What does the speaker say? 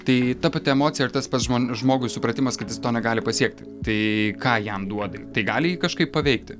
tai ta pati emocija ir tas pats žmo žmogui supratimas kad jis to negali pasiekti tai ką jam duoda tai gali jį kažkaip paveikti